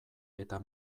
eta